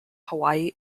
hawaii